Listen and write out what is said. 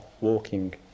walking